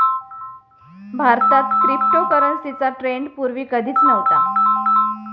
भारतात क्रिप्टोकरन्सीचा ट्रेंड पूर्वी कधीच नव्हता